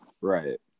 Right